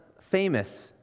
famous